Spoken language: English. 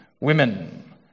Women